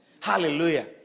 Hallelujah